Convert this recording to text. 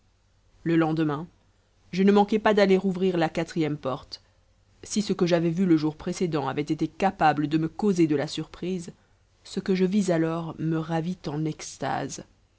le lendemain je ne manquai pas d'aller ouvrir la quatrième porte si ce que j'avais vu le jour précédent avait été capable de me causer de la surprise ce que je vis alors me ravit en extase